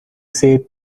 say